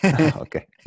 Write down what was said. Okay